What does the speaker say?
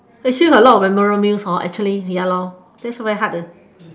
actually not a lot of memorable meals actually ya lah that's very hard eh